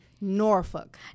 Norfolk